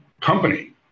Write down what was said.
company